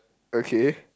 okay